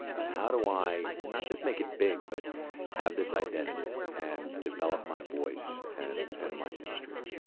how do i not just make it big, but have this identity and develop my voice and and my instrument?